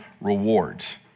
rewards